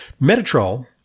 Metatrol